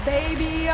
Baby